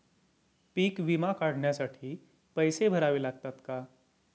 पीक विमा काढण्यासाठी पैसे भरावे लागतात का?